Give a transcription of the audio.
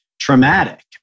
traumatic